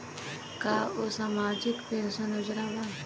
का उ सामाजिक पेंशन योजना बा?